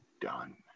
done